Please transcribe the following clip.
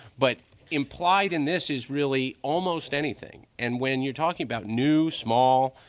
but implied in this is really almost anything. and when you're talking about new, small,